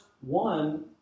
one